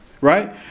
right